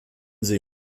sie